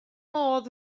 modd